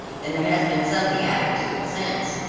and there has been something added to it since.